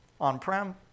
on-prem